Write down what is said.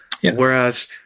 Whereas